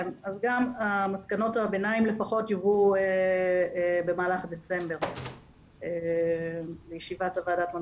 אז גם מסקנות הביניים לפחות יובאו במהלך דצמבר לישיבת ועדת המנכ"לים.